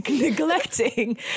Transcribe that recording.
neglecting